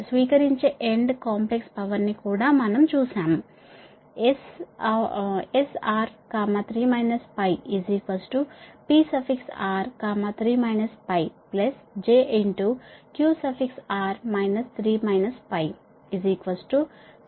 స్వీకరించే end complex power ని మనం కూడా చూశాము SR3 PR3 jQR3 3VRIR